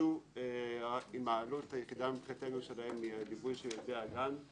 הוגשו כשהעלות היחידה מבחינתנו היא העלות של ילדי הגן.